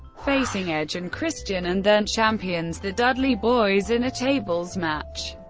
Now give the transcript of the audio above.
facing edge and christian and then champions the dudley boyz in a tables match,